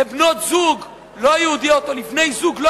לבנות-זוג לא יהודיות או לבני-זוג לא